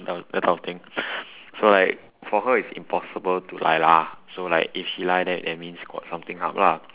that kind of thing so like for her it's impossible to lie lah so like if she lie that that means got something up lah